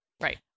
right